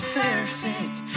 perfect